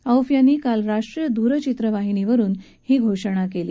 of यांनी काल राष्ट्रीय दूरचित्रवाणी वाहिनीवरून ही घोषणा कली